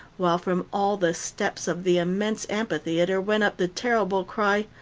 while from all the steps of the immense amphitheatre went up the terrible cry,